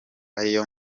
ariyo